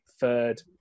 third